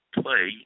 play